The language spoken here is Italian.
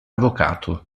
avvocato